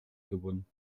gewonnen